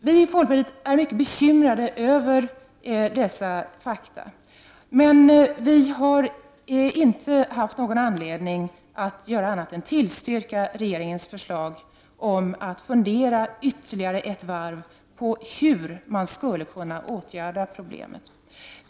Vi i folkpartiet är mycket bekymrade över dessa fakta, men vi har inte haft anledning att göra annat än att tillstyrka regeringens förslag om att fundera ytterligare ett varv på hur problemet skall kunna åtgärdas.